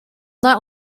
that